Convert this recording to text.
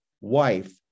wife